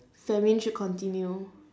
famine should continue